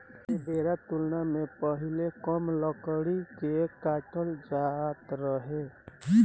ऐ बेरा तुलना मे पहीले कम लकड़ी के काटल जात रहे